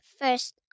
first